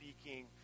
speaking